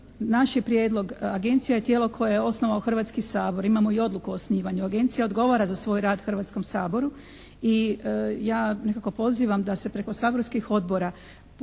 naš je prijedlog, Agencija je tijelo koje je osnovao Hrvatski sabor, imamo i odluku o osnivanju Agencije, odgovara za svoj rad Hrvatskom saboru i ja nekako pozivam da se preko saborskih odbora pojedina